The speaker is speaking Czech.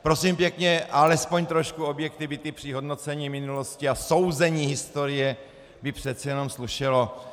Prosím pěkně, alespoň trošku objektivity při hodnocení minulosti a souzení historie by přece jenom slušelo.